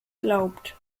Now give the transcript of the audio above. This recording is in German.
glaubt